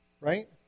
Right